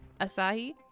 Asahi